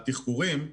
התחקורים.